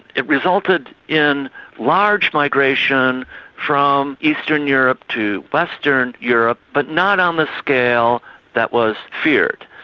it resulted in large migration from eastern europe to western europe, but not on the scale that was feared.